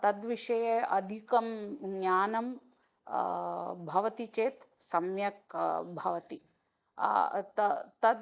तद्विषये अधिकं ज्ञानं भवति चेत् सम्यक् भवति त तद्